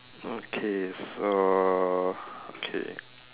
okay so okay